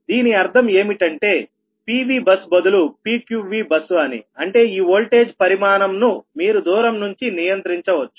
దీని అర్థం ఏమిటంటే PVబస్ బదులు PQV బస్ అని అంటే ఈ ఓల్టేజ్ పరిమాణంను మీరు దూరం నుంచి నియంత్రించవచ్చు